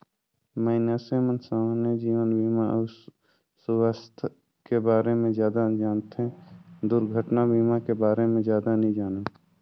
मइनसे मन समान्य जीवन बीमा अउ सुवास्थ के बारे मे जादा जानथें, दुरघटना बीमा के बारे मे जादा नी जानें